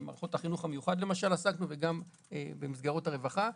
במערכות החינוך המיוחד למשל עסקנו וגם במסגרות הרווחה.